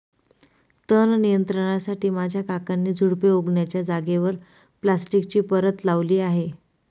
तण नियंत्रणासाठी माझ्या काकांनी झुडुपे उगण्याच्या जागेवर प्लास्टिकची परत लावली आहे